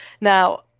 Now